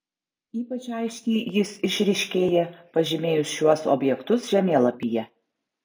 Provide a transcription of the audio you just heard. ypač aiškiai jis išryškėja pažymėjus šiuos objektus žemėlapyje